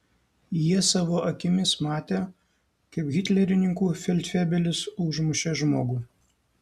jie savo akimis matė kaip hitlerininkų feldfebelis užmušė žmogų